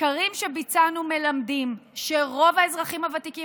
סקרים שביצענו מלמדים שרוב האזרחים הוותיקים